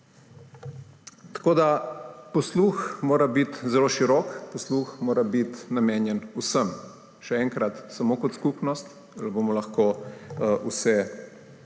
Posluh mora biti zelo širok. Posluh mora biti namenjen vsem. Še enkrat, samo kot skupnost bomo lahko